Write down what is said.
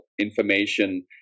information